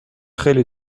خیلی